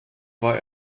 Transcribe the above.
war